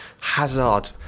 Hazard